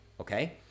okay